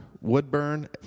Woodburn